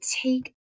take